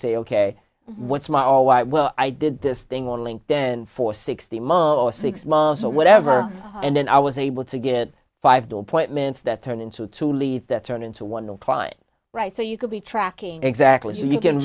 say ok what's my or why well i did this thing or link then for sixty months or six months or whatever and then i was able to get five to appointments that turn into two leads that turn into one client right so you could be tracking exactly as you can